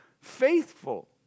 faithful